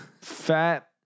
Fat